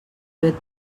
with